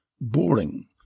Boring